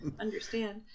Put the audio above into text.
understand